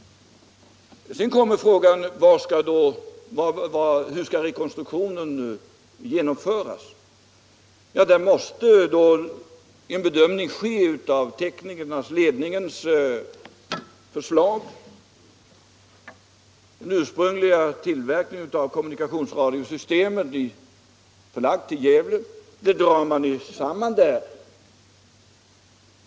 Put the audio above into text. Sedan kommer frågan: Hur skall rekonstruktionen genomföras? Där måste en bedömning ske av teknikernas och ledningens förslag. Den ursprungliga kommunikationsradiotillverkningen planeras bli förlagd till Gävle. Där dras verksamheten samman.